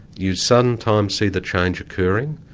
you sometimes see the change occurring,